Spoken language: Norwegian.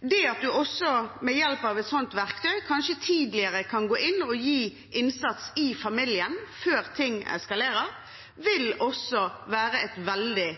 Det at en ved hjelp av et sånt verktøy kanskje kan gå inn med innsats i familien tidligere, før ting eskalerer, vil også være et veldig,